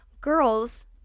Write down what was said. girls